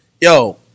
Yo